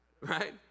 right